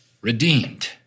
redeemed